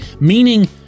Meaning